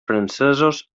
francesos